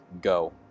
go